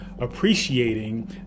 appreciating